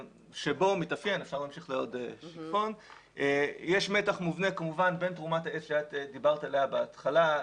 יש מתח מובנה בין תרומת העץ שאת דיברת עליה בהתחלה,